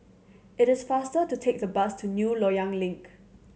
it is faster to take the bus to New Loyang Link